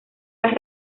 las